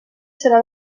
serà